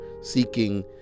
seeking